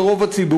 על רוב הציבור,